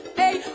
hey